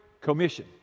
Commission